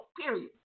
Period